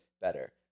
better